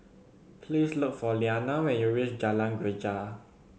please look for Lilianna when you reach Jalan Greja